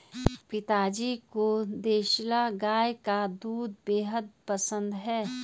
पिताजी को देसला गाय का दूध बेहद पसंद है